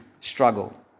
struggle